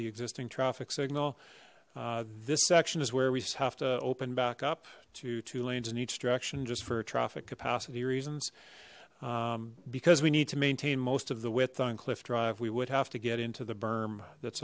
the existing traffic signal this section is where we have to open back up to two lanes in each direction just for traffic capacity reasons because we need to maintain most of the width on cliff drive we would have to get into the berm that's